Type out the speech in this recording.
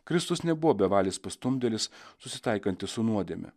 kristus nebuvo bevalis pastumdėlis susitaikantis su nuodėme